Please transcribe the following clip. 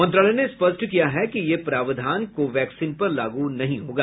मंत्रालय ने स्पष्ट किया है कि यह प्रावधान को वैक्सीन पर लागू नहीं होगा